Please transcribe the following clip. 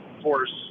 force